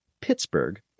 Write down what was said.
Pittsburgh